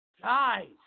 Guys